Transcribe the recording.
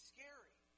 Scary